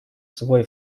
свой